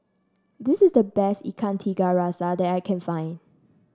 this is the best Ikan Tiga Rasa that I can find